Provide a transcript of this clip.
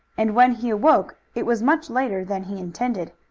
and when he woke it was much later than he intended.